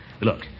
Look